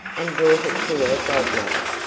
and brought it to her godmother,